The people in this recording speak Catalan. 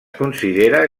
considera